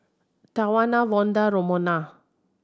Tawana Vonda and Romona